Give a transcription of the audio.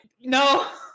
No